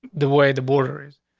the way the borders.